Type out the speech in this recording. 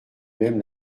même